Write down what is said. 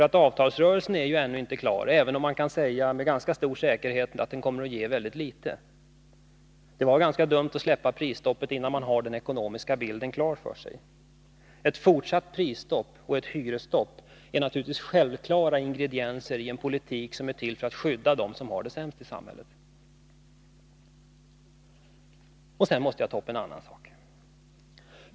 Avtalsrörelsen är ju ännu inte klar, även om man med ganska stor säkerhet kan säga att den kommer att ge väldigt litet. Det var ganska dumt att släppa prisstoppet innan man har den ekonomiska bilden klar för sig. Ett fortsatt prisstopp och ett hyresstopp är naturligtvis självklara ingredienser i en politik som är till för att skydda dem som har det sämst i samhället. Sedan måste jag ta upp en annan sak.